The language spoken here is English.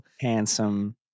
Handsome